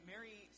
Mary